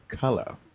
color